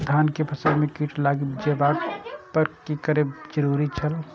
धान के फसल में कीट लागि जेबाक पर की करब जरुरी छल?